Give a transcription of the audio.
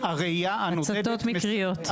על השריפות המקריות.